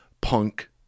punk